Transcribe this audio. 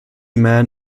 man